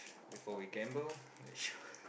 before we gamble let's shu~